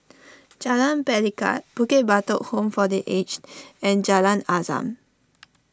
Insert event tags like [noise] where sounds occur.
Jalan Pelikat Bukit Batok Home for the Aged and Jalan Azam [noise]